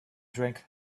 drank